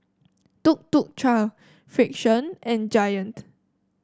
Tuk Tuk Cha Frixion and Giant